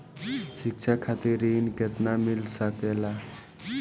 शिक्षा खातिर ऋण केतना मिल सकेला?